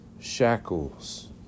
shackles